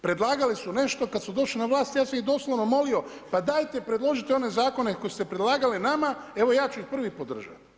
Predlagali su nešto, kad su došli na vlast, ja sam ih doslovno molio, pa dajte predložite one zakone koje ste predlagali nama, evo ja ću ih prvi podržati.